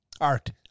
art